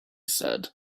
said